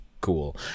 cool